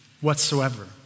whatsoever